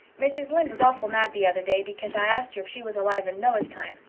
mrs. lynde was awful mad the other day because i asked her if she was alive in noah's time.